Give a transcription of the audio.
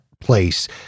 place